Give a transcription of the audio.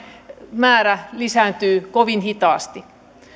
määrä lisääntyy kovin hitaasti